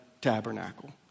tabernacle